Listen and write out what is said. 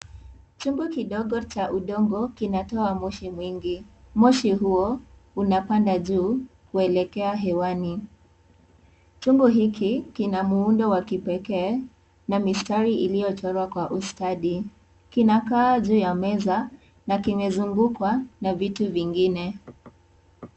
Chungu kidogo cha udongo unatoa moshi mwingi. moshi huo unapanda juu kuelekea hewani. Chombo hiki kina muundo wa kipeekee na mistari iliyochorwa kwa ustadi. Kinakaa juu ya meza na kimezungukwa na vitu vingine.